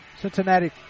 Cincinnati